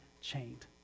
chained